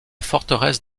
forteresse